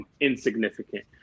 insignificant